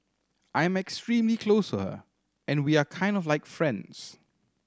I am extremely close her and we are kind of like friends